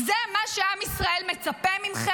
זה מה שעם ישראל מצפה מכם?